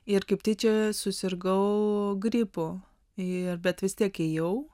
ir kaip tyčia susirgau gripu ir bet vis tiek ėjau